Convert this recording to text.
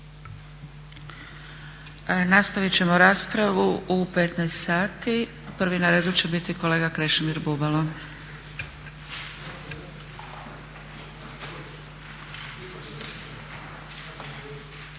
Nastavit ćemo raspravu u 15,00 sati. Prvi na redu će biti kolega Krešimir Bubalo.